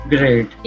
Great